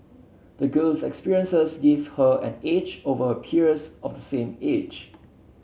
the girl's experiences gave her an edge over her peers of the same age